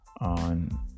on